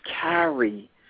carry